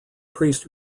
priest